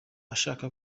ashaka